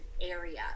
area